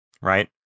right